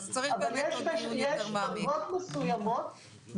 אבל יש דרגות מסוימות,